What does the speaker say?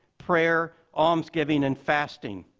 prayers, alms giving, and fasting.